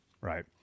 Right